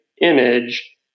image